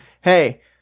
Hey